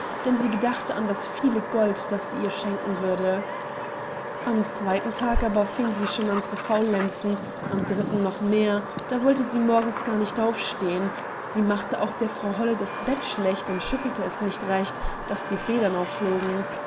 denn sie gedachte an das viele gold daß sie ihr schenken würde am zweiten tag aber fing sie schon an zu faullenzen am dritten noch mehr da wollte sie morgens gar nicht aufstehen sie machte auch der frau holle das bett schlecht und schüttelte es nicht recht daß die federn aufflogen